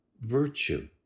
virtue